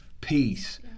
peace